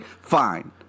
fine